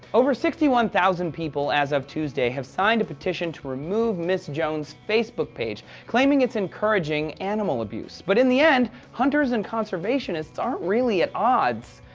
over sixty one thousand people as of tuesday have signed a petition to remove ms jones' facebook page, claiming it's encouraging animal abuse but in the end, hunters and conservationists aren't at odds.